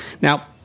Now